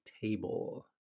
table